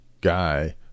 guy